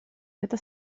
это